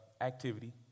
activity